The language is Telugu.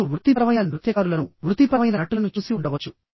మీరు వృత్తిపరమైన నృత్యకారులను వృత్తిపరమైన నటులను చూసి ఉండవచ్చు